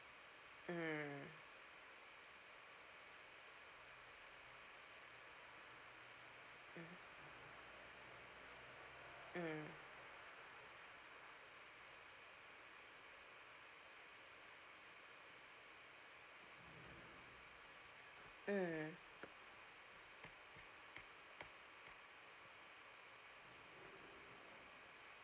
mm mm mm